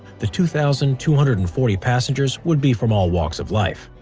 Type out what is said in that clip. the two thousand two hundred and forty passengers would be from all walks of life,